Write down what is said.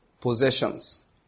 possessions